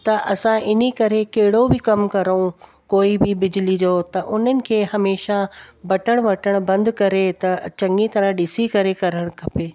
त असां इनी करे कहिड़ो बि कमु करूं कोई बि बिजली जो त उन्हनि खे हमेशह बटण वटण बंदि करे त चङी तरह ॾिसी करे करणु खपे